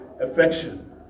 affection